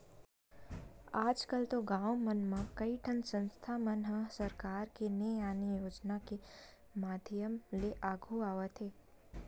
आजकल तो गाँव मन म कइठन संस्था मन ह सरकार के ने आने योजना के माधियम ले आघु आवत हे